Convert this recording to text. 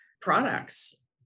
products